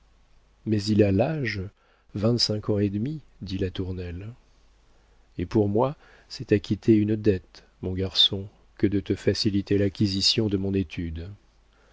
mais il a l'âge vingt-cinq ans et demi dit latournelle et pour moi c'est acquitter une dette mon garçon que de te faciliter l'acquisition de mon étude